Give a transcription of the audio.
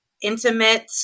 intimate